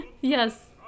Yes